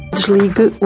Desligue